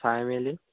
চাই মেলি